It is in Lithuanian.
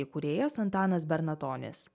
įkūrėjas antanas bernatonis